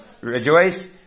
rejoice